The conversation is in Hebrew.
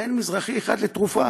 אין מזרחי אחד לרפואה.